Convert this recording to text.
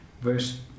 verse